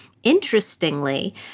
Interestingly